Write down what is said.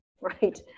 right